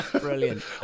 Brilliant